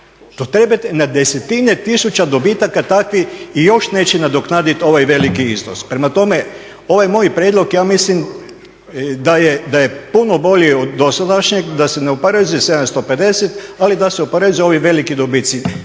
na desetine tisuća dobitaka takvih i još neće nadoknaditi ovaj veliki iznos. Prema tome, ovaj moj prijedlog, ja mislim da je puno bolji od dosadašnjeg, da se ne oporezuje 750, ali da se oporezuju ovi veliki dobici.